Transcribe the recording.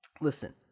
Listen